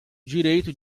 direito